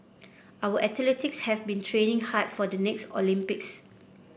our athletes have been training hard for the next Olympics